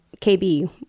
KB